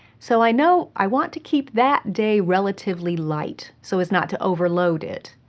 so i know i want to keep that day relatively light so as not to overload it.